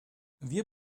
wir